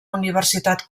universitat